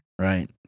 right